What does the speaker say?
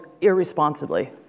irresponsibly